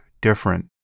different